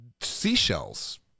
seashells